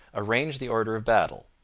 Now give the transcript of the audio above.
arrange the order of battle.